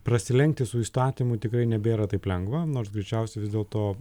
prasilenkti su įstatymu tikrai nebėra taip lengva nors greičiausiai vis dėlto